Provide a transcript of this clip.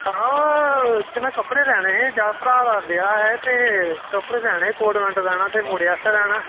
ते में कपड़े लैने हे भ्रा दा ब्याह् ऐ ते कपड़े लैने कोट पैंट लैना मुड़े आस्तै लैना ते